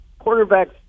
quarterbacks